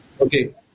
Okay